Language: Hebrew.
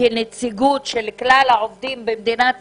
כנציגות של כלל העובדים במדינת ישראל.